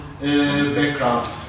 background